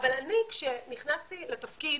אבל כשאני נכנסתי לתפקיד,